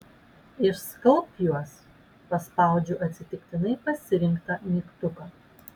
išskalbk juos paspaudžiu atsitiktinai pasirinktą mygtuką